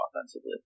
offensively